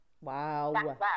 Wow